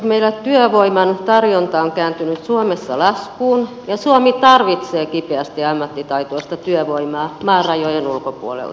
meillä työvoiman tarjonta on kääntynyt suomessa laskuun ja suomi tarvitsee kipeästi ammattitaitoista työvoimaa maan rajojen ulkopuolelta